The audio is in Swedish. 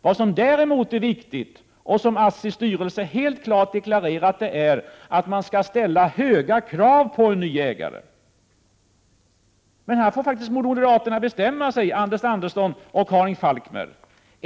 Vad som däremot är viktigt — och det har också ASSI:s styrelse helt klart deklarerat — är att man skall ställa höga krav på en ny ägare. Moderaterna får faktiskt bestämma sig, Anders Andersson och Karin Falkmer.